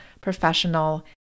professional